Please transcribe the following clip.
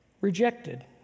rejected